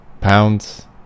pounds